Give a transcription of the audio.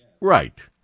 Right